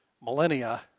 millennia